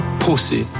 pussy